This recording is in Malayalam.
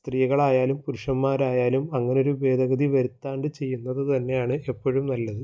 സ്ത്രീകളായാലും പുരുഷന്മാരായാലും അങ്ങനെയൊരു ഭേദഗതി വരുത്താണ്ട് ചെയ്യുന്നത് തന്നെയാണ് എപ്പോഴും നല്ലത്